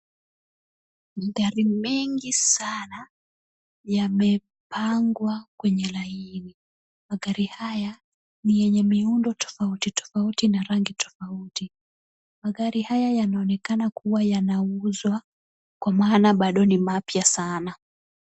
Magari mengi sana yamepangwa kwenye laini . Magari haya ni yenye miundo tofauti tofauti na rangi tofauti. Magari haya yanaonekana kuwa yanauzwa kwa maana bado ni mapya sana.